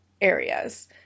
areas